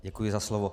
Děkuji za slovo.